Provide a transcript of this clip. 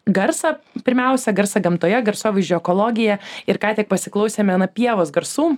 garsą pirmiausia garsą gamtoje garsovaizdžio ekologiją ir ką tik pasiklausėme na pievos garsų